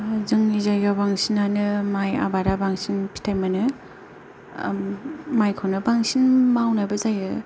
जोंनि जायगायाव बांसिनानो माइ आबादा बांसिन फिथाइ मोनो ओ माइखौनो बांसिन मावनायबो जायो